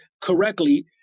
correctly